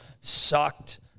Sucked